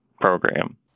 program